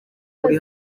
buri